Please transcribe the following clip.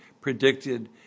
predicted